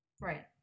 Right